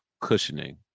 cushioning